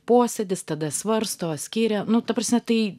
posėdis tada svarsto skiria nu ta prasme tai